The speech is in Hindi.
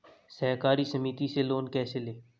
सहकारी समिति से लोन कैसे लें?